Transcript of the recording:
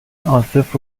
عاصف